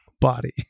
body